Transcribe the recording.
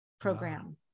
program